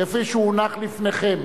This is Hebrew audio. כפי שהונח לפניכם.